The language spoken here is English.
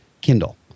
Kindle